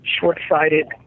short-sighted